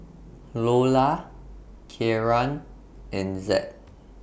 Loula Kieran and Zed